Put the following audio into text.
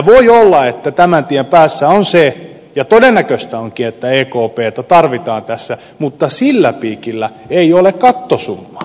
voi olla että tämän tien päässä on se ja todennäköistä onkin että ekptä tarvitaan tässä mutta sillä piikillä ei ole kattosummaa